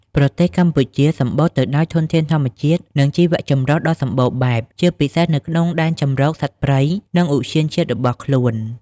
ប្រទេសកម្ពុជាសម្បូរទៅដោយធនធានធម្មជាតិ និងជីវៈចម្រុះដ៏សម្បូរបែប ជាពិសេសនៅក្នុងដែនជម្រកសត្វព្រៃ និងឧទ្យានជាតិរបស់ខ្លួន។